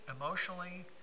emotionally